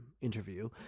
interview